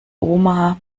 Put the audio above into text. oma